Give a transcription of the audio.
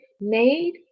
made